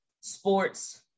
sports